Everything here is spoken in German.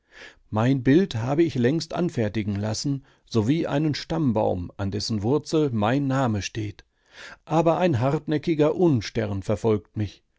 mein bild habe ich längst anfertigen lassen sowie einen stammbaum an dessen wurzel mein name steht aber ein hartnäckiger unstern verfolgt mich